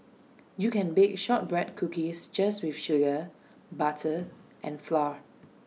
you can bake Shortbread Cookies just with sugar butter and flour